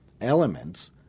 elements